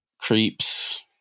creeps